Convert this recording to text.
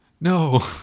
no